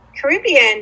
Caribbean